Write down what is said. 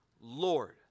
Lord